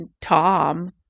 tom